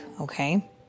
okay